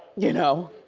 you know?